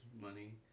money